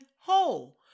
whole